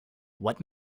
what